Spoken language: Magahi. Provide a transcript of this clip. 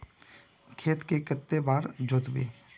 खेत के कते बार जोतबे?